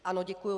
Ano, děkuji.